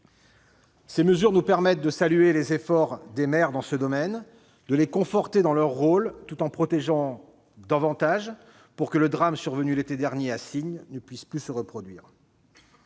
Ces mesures nous permettent de saluer les efforts des maires dans ce domaine et de les conforter dans leur rôle, tout en les protégeant davantage afin que le drame survenu l'été dernier à Signes ne puisse se reproduire.